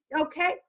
Okay